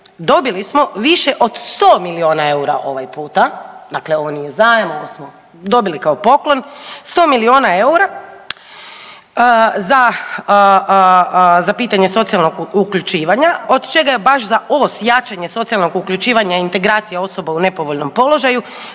dobili smo više od 100 milijuna eura ovaj puta, dakle ovo nije zajam, ovo smo dobili kao poklon, 100 milijuna eura za pitanje socijalnog uključivanja, od čega je baš za ovo .../nerazumljivo/... socijalnog uključivanja i integracije osoba u nepovoljnom položaju